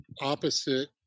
opposite